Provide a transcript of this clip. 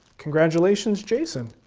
congratulations, jason.